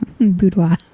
Boudoir